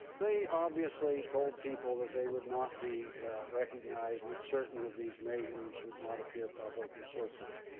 they obviously told people that they would not be recognized, and that certain of these measurements would not appear public, and so forth.